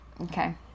Okay